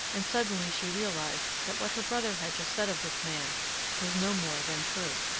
and suddenly she realized that what her brother had just said of this man was no more than true.